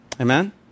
Amen